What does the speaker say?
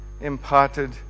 imparted